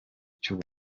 cy’u